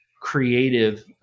creative